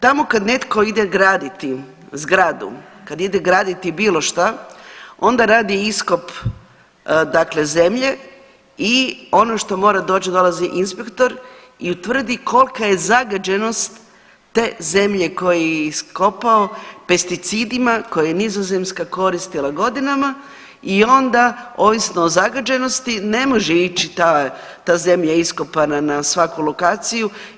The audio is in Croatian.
Tamo kada netko ide graditi zgradu, kada ide graditi bilo što onda radi iskop dakle zemlje i ono što mora doći, dolazi inspektor i utvrdi kolika je zagađenost te zemlje koju je iskopao pesticidima koje je Nizozemska koristila godinama i onda ovisno o zagađenosti ne može ići ta zemlja iskopana na svaku lokaciju.